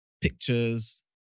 pictures